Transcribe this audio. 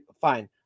fine